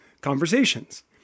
conversations